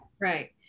Right